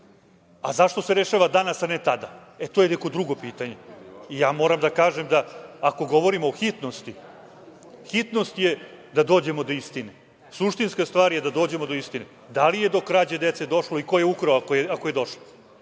Zašto se rešava danas, a ne tada? E, to je neko drugo pitanje. Moram da kažem da ako govorimo o hitnosti, hitnost je da dođemo do istine. Suštinska stvar je da dođemo do istine da li je do krađe dece došlo i ko je ukrao ako je došlo